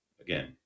again